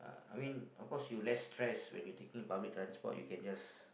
I mean of course you less stress when you taking public transport you can just